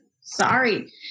Sorry